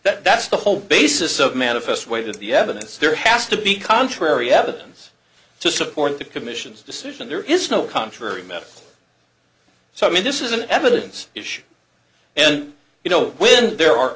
that that's the whole basis of manifest weight of the evidence there has to be contrary evidence to support the commission's decision there is no contrary method so i mean this is an evidence issue and you know when there are